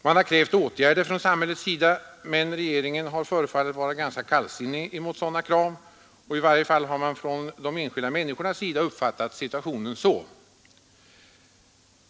Man har krävt åtgärder från samhällets sida, men regeringen har förefallit att vara ganska kallsinnig mot sådana krav — i varje fall har situationen uppfattats så av de enskilda människorna.